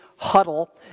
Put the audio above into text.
huddle